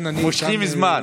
מושכים זמן.